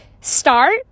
start